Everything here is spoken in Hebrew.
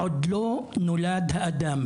עוד לא נולד האדם,